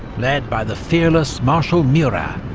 led by the fearless marshal murat,